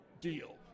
deal